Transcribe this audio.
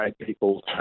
people